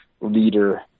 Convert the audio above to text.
leader